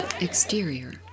Exterior